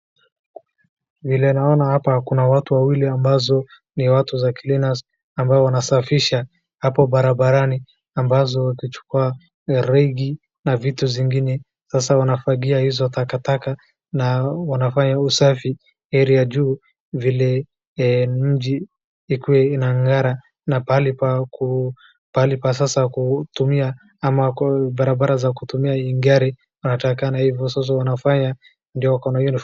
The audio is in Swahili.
Vile naona hapa kuna watu wawili ambao ni watu za cleaners ambao wanasafisha hapo barabarani, ambao huchukua regi na vitu zingine, sasa wanafagia hizo takataka na wanafanya usafi area juu vile mji ukuwe unang'ara na pahali pakutumia ama barabara za kutumia gari inatakikana hivo sasa unafanya ndio wako uniform .